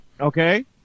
Okay